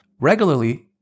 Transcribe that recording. regularly